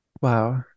Wow